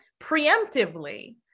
preemptively